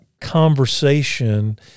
conversation